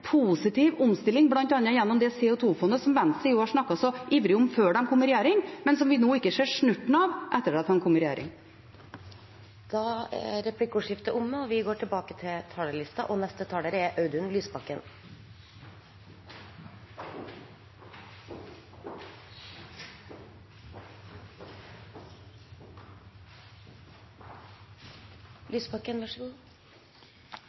positiv omstilling bl.a. gjennom CO 2 -fondet som Venstre snakket så ivrig om før de kom i regjering, men som vi nå ikke ser snurten av etter at de kom i regjering. Replikkordskiftet er omme. SV har levert et budsjettforslag for de mange – ikke for de få. Det er et forslag som prioriterer rettferdig fordeling og